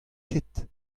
ket